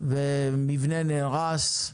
ומבנה נהרס,